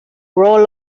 role